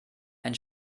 ein